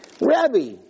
Rabbi